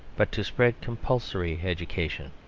but to spread compulsory education.